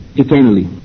eternally